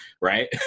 right